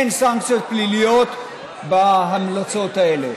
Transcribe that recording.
אין סנקציות פליליות בהמלצות האלה,